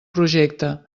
projecte